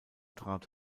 trat